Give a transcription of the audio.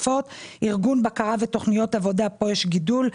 ארגון בקרה ותוכניות עבודה פה יש גידול,